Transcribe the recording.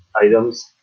items